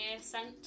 scent